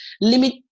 limit